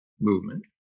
movement